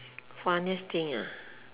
funniest thing ah